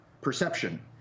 perception